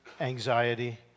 Anxiety